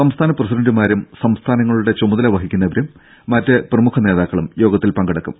സംസ്ഥാന പ്രസിഡന്റുമാരും സംസ്ഥാനങ്ങളുടെ ചുമതല വഹിക്കുന്നവരും മറ്റ് പ്രമുഖ നേതാക്കളും യോഗത്തിൽ പങ്കെടുക്കും